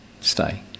stay